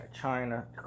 China